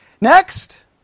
Next